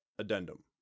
Addendum